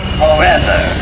forever